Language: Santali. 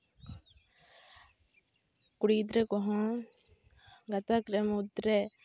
ᱠᱩᱲᱤ ᱜᱤᱫᱽᱨᱟᱹ ᱠᱚᱦᱚᱸ ᱜᱟᱛᱟᱠ ᱨᱮ ᱢᱩᱫᱽᱨᱮ